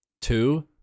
Two